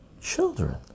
children